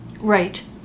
right